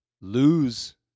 lose